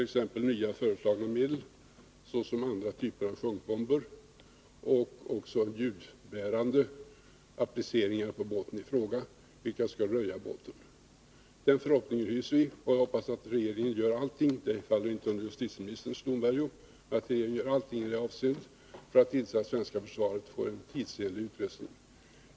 Föreslagna nya medel är andra typer av sjunkbomber samt ljudbärande appliceringar på båten i fråga, vilka skall röja båten. Den förhoppningen hyser vi, och vi hoppas att regeringen — detta faller inte under justitieministerns domvärjo — gör allt för att ge det svenska försvaret en tidsenlig utrustning.